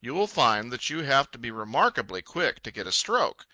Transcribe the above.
you will find that you have to be remarkably quick to get a stroke,